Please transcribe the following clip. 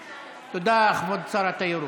תודה, כבוד שר התיירות.